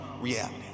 reality